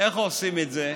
איך עושים את זה?